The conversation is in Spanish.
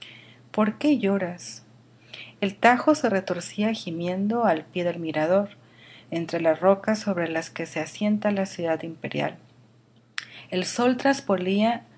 por qué lloras el tajo se retorcía gimiendo al pie del mirador entre las rocas sobre que se asienta la ciudad imperial el sol